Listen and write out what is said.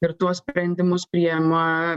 ir tuos sprendimus priima